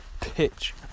pitch